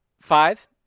Five